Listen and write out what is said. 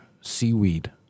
seaweed